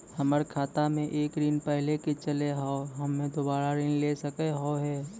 हमर खाता मे एक ऋण पहले के चले हाव हम्मे दोबारा ऋण ले सके हाव हे?